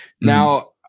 Now